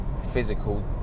physical